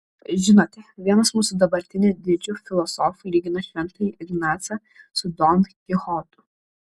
žinote vienas mūsų dabartinių didžių filosofų lygina šventąjį ignacą su don kichotu